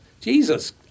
Jesus